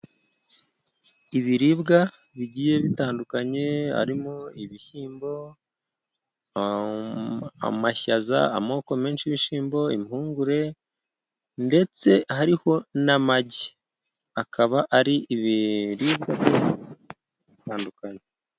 Ibiribwa bigiye bitandukanye, harimo ibishyimbo, amashaza, amoko menshi y'ibishyimbo, impungure ndetse hariho n'amagi. Akaba ari ibiribwa bitandukanye.